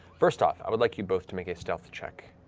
first off, i would like you both to make a stealth check.